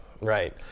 Right